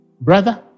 brother